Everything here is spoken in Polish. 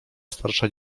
starsza